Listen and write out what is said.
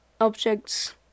objects